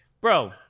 Bro